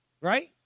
right